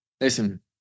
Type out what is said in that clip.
Listen